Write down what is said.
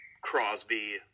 Crosby